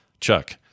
Chuck